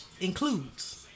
includes